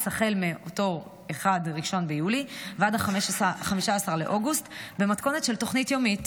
החל מ-1 ביולי עד 15 באוגוסט במתכונת של תוכנית יומית.